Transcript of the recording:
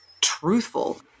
truthful